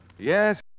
Yes